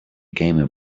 gamer